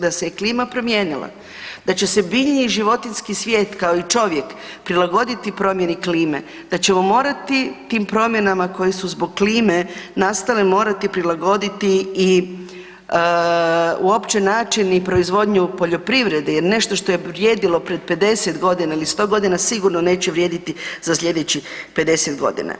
Da se je klima promijenila, da će se biljni i životinjski svijet kao i čovjek prilagoditi promjeni klime, da ćemo morati tim promjenama koje su zbog klime nastale, morati prilagoditi i uopće načinu i proizvodnju poljoprivrede jer nešto što je vrijedilo pred 50 g. ili 100 g. sigurno neće vrijediti za slijedećih 50 godina.